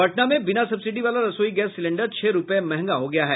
पटना में बिना सब्सिडी वाला रसोई गैस सिलेंड छह रूपये मंहगा हो गया है